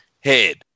head